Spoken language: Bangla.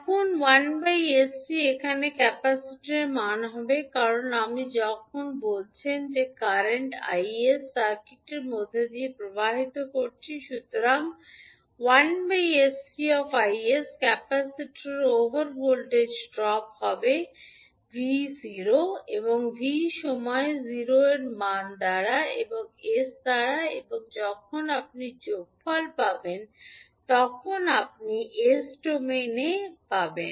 এখন 1 sc এখানে ক্যাপাসিটারের মান হবে কারণ আপনি যখন বলছেন যে কারেন্ট I সার্কিটের মধ্য দিয়ে প্রবাহিত করছি সুতরাং 1 sc I ক্যাপাসিটরের ওভার ভোল্টেজের ড্রপ হবে V0 এ v সময়ে 0 এর সমান এবং s দ্বারা এবং যখন আপনি যোগফল পাবেন তখন আপনি s ডোমেনে v তে মান পাবেন